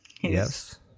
Yes